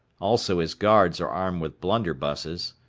also his guards are armed with blunderbusses.